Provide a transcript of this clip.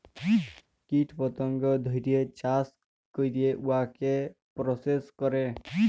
কীট পতঙ্গ ধ্যইরে চাষ ক্যইরে উয়াকে পরসেস ক্যরে